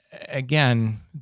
again